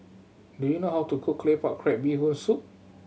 do you know how to cook Claypot Crab Bee Hoon Soup